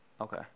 okay